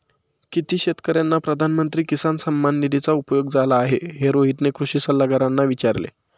किती शेतकर्यांना प्रधानमंत्री किसान सन्मान निधीचा उपयोग झाला आहे, हे रोहितने कृषी सल्लागारांना विचारले